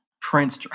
Prince